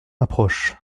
approche